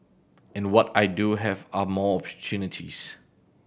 and what I do have are more opportunities